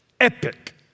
epic